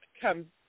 come